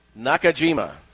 Nakajima